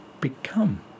become